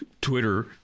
Twitter